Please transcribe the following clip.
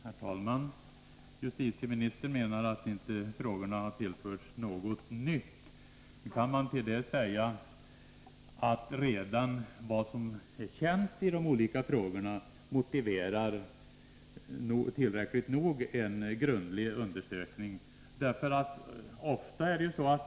Herr talman! Justitieministern menar att frågorna inte har tillförts något nytt. Nu kan man till det säga att redan vad som är känt i de olika frågorna tillräckligt motiverar en grundlig undersökning.